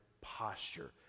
posture